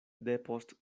depost